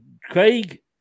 Craig